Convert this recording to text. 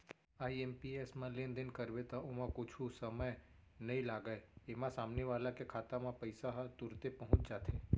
IMPS म लेनदेन करबे त ओमा कुछु समय नइ लागय, एमा सामने वाला के खाता म पइसा ह तुरते पहुंच जाथे